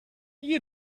you